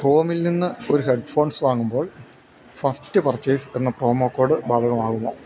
ക്രോമിൽ നിന്നൊരു ഹെഡ്ഫോൺ വാങ്ങുമ്പോൾ first purchase എന്ന പ്രൊമോ കോഡ് ബാധകമാകുമോ